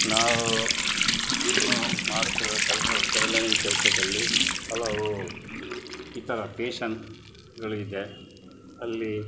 ನಾವು ಮಾಡುತ್ತಿರುವ ಕೆಲಸದಲ್ಲಿ ಟೈಲರಿಂಗ್ ಕೆಲಸದಲ್ಲಿ ಹಲವು ಇತರ ಪೇಶನ್ಗಳಿದೆ ಅಲ್ಲಿ